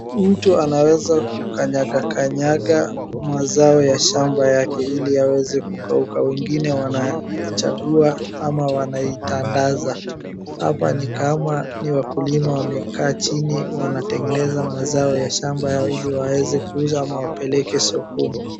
Mtu anaweza kukanyagakanyaga mazao ya shamba yake ili yaweze kukauka, wengine wanachagua ama wanaitandaza, hapa ni kama ni wakulima wamekaa chini wanatengeneza mazao ya shamba yao ili waweze kuuza ama wapeleke sokoni.